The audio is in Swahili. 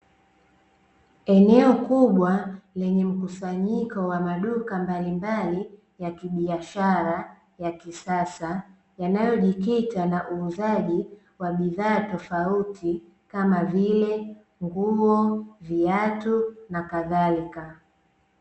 Eneo kubwa lenye mkusanyiko wa maduka mbalimbali ya kibiashara ya kisasa, yanayojikita na uuzaji wa bidhaa tofauti kama vile nguo, viatu, na kadhalika.